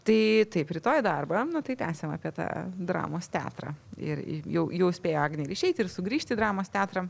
tai taip rytoj į darbą nu tai tęsiame apie tą dramos teatrą ir jau jau spėjo agnė ir išeiti ir sugrįžti į dramos teatrą